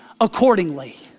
accordingly